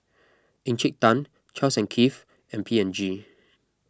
Encik Tan Charles and Keith and P and G